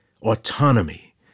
autonomy